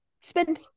spend –